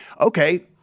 okay